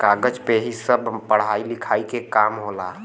कागज पे ही सब पढ़ाई लिखाई के काम होला